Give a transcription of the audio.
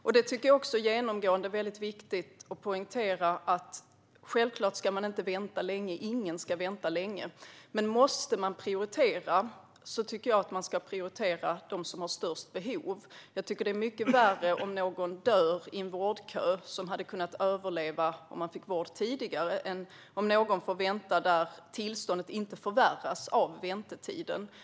Jag anser också att det genomgående är viktigt att poängtera att patienter självklart inte ska vänta länge - ingen ska vänta länge - men om man måste prioritera tycker jag att man ska prioritera dem som har störst behov. Jag tycker att det är mycket värre om någon dör i en vårdkö, när personen hade kunna överleva om den fått vård tidigare, än om någon vars tillstånd inte förvärras av väntetiden får vänta.